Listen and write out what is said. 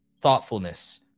thoughtfulness